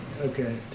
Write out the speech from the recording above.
okay